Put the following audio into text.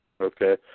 Okay